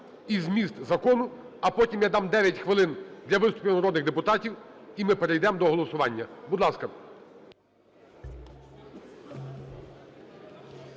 і зміст закону. А потім я дам 9 хвилин для виступів народних депутатів і ми перейдемо до голосування. Будь ласка.